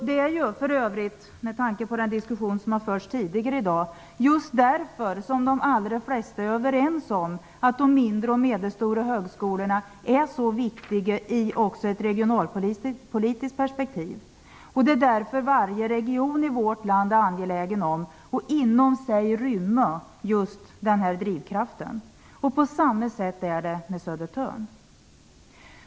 Det är för övrigt - med tanke på den diskussion som har förts tidigare i dag - just därför som de allra flesta är överens om att de mindre och medelstora högskolorna är så viktiga också i ett regionalpolitiskt perspektiv. Det är därför man i varje region i vårt land är angelägen om att inom sig rymma just denna drivkraft. På samma sätt är det med Södertörn.